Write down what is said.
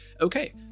okay